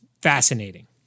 fascinating